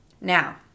Now